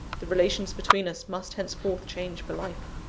the relations between us must henceforth change for life.